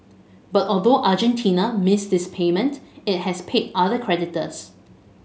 but although Argentina missed this payment it has paid other creditors